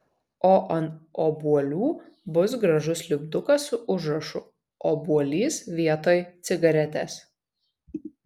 o ant obuolių bus gražus lipdukas su užrašu obuolys vietoj cigaretės